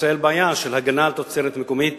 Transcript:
ישראל בעיה של הגנה על תוצרת מקומית